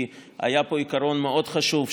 כי היה פה עיקרון מאוד חשוב,